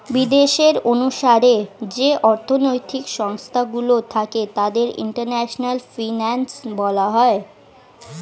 বিদেশের অনুসারে যে অর্থনৈতিক সংস্থা গুলো থাকে তাদের ইন্টারন্যাশনাল ফিনান্স বলা হয়